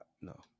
no